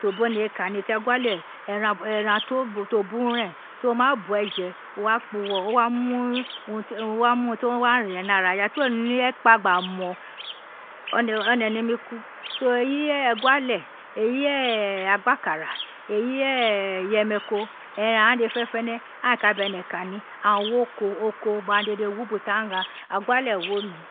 To bi oriye kani teri eguale eran ti o buru ren toma bue je owa kpa wo, o wa mu urun ti o wa rren ni ara ina ti we ne ekpa kpa mon, one neni ku, so eyi eguale eyi agbakare eyi iyemeriko aghan we dede fenefene aghan ee ka bene kani, aghan aghan ee ka bene kani aghan woko oko aghan dede wu ubo ti aghan gha eguale wi omi